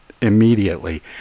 immediately